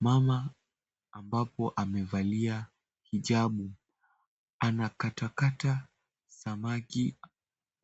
Mama ambapo amevalia hijabu, anakatakata samaki